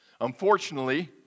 Unfortunately